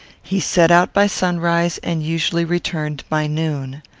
he set out by sunrise, and usually returned by noon.